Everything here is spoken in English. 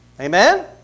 Amen